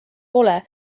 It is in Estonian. pole